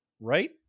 Right